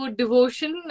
devotion